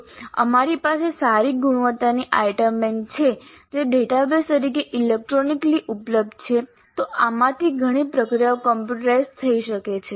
જો અમારી પાસે સારી ગુણવત્તાની આઇટમ બેંક છે જે ડેટાબેઝ તરીકે ઇલેક્ટ્રોનિકલી ઉપલબ્ધ છે તો આમાંથી ઘણી પ્રક્રિયાઓ કોમ્પ્યુટરાઇઝ્ડ થઇ શકે છે